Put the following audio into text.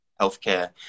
healthcare